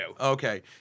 Okay